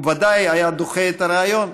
הוא בוודאי היה דוחה את הרעיון,